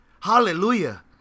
Hallelujah